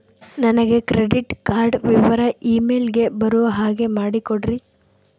ನನಗೆ credit card ವಿವರ email ಗೆ ಬರೋ ಹಾಗೆ ಮಾಡಿಕೊಡ್ರಿ?